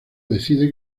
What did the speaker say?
decide